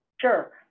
Sure